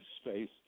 Space